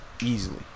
easily